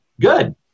good